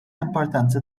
importanza